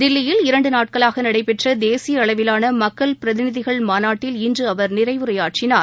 தில்லியில் இரண்டு நாட்களாக நடைபெற்ற தேசிய அளவிலான மக்கள் பிரதிநிதிகள் மாநாட்டில் இன்று அவர் நிறைவுரையாற்றினார்